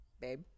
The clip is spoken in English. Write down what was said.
babe